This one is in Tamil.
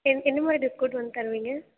எந்த எந்த மாதிரி டிஸ்கவுண்ட் வந்து தருவீங்க